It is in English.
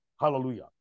hallelujah